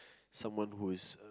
someone who is